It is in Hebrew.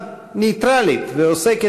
איפה